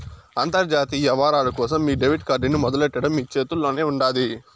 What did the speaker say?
అంతర్జాతీయ యవ్వారాల కోసం మీ డెబిట్ కార్డ్ ని మొదలెట్టడం మీ చేతుల్లోనే ఉండాది